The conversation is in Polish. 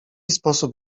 sposób